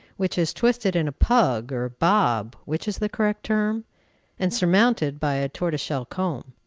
which is twisted in a pug, or bob, which is the correct term and surmounted by a tortoise-shell comb.